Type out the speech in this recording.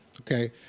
Okay